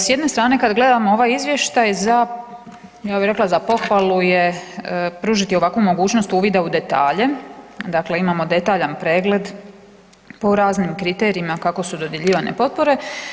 S jedne strane kad gledamo ovaj izvještaj za, ja bi rekla za pohvalu je pružiti ovakvu mogućnost uvida u detalje, dakle imamo detaljan pregled po raznim kriterijima kako su dodjeljivane potpore.